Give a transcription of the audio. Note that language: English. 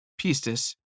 pistis